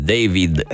David